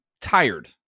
tired